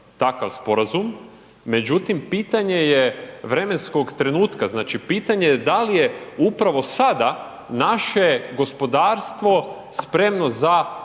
takav sporazum, međutim pitanje je vremenskog trenutka, znači pitanje je dal je upravo sada naše gospodarstvo spremno za